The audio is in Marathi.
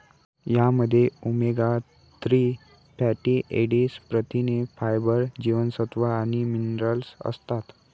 यामध्ये ओमेगा थ्री फॅटी ऍसिड, प्रथिने, फायबर, जीवनसत्व आणि मिनरल्स असतात